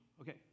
Okay